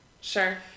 Sure